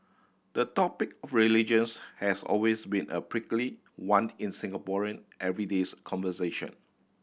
the topic of religions has always been a prickly one in Singaporean every days conversation